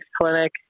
clinic